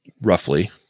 roughly